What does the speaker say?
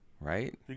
Right